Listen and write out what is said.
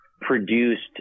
produced